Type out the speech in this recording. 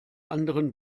anderen